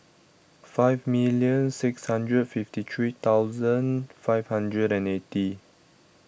fifty million six hundred fifty three thousand five hundred and eighty